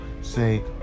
say